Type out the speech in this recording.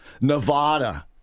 Nevada